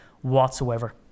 whatsoever